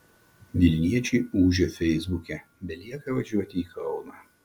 vilniečiai ūžia feisbuke belieka važiuoti į kauną